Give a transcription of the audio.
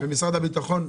ומשרד הביטחון נגד?